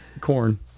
Corn